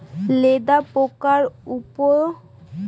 লেদা পোকার উপসর্গগুলি কি কি?